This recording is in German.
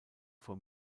vor